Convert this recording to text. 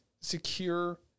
secure